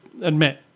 admit